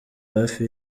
hafi